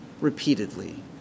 repeatedly